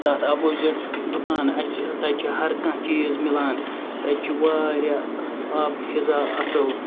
تَتھ اَپوزِٹ دُکان اَسہِ چھُ تَتہِ چھُ ہَر کانٛہہ چیٖز مِلان تَتہِ چھُ واریاہ آب فِضا اَصل